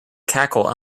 cackle